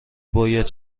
باید